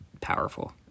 powerful